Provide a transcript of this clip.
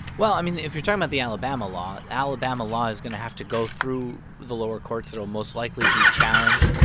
well, i mean, if you're talking about the alabama law, alabama law is going to have to go through the lower courts. it'll most likely be challenged.